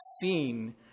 seen